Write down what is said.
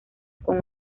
con